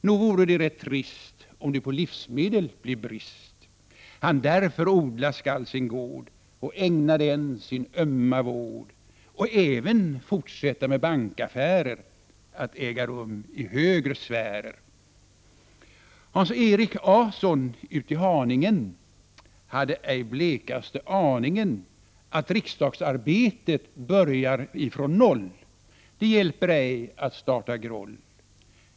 Nog vore det rätt trist om det på livsmedel blev brist! Han därför odla skall sin gård och ägna den sin ömma vård. Och även fortsätta med bankaffärer att äga rum i högre sfärer. att riksdagsarbetet börjar ifrån noll. Det hjälper ej att starta groll!